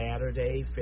Saturday